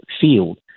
field